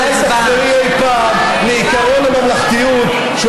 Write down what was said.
ואולי תחזרי אי-פעם לעקרון הממלכתיות, תודה.